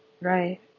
Right